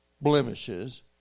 blemishes